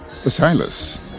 Silas